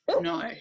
no